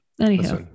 anyhow